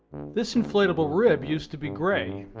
this inflatable rib used to be gray.